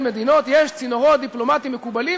מדינות יש צינורות דיפלומטיים מקובלים,